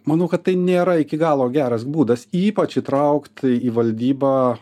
manau kad tai nėra iki galo geras būdas ypač įtraukt į valdybą